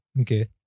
Okay